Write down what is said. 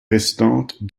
restante